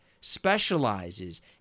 specializes